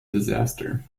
disaster